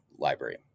library